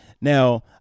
now